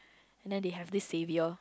and then they have this saviour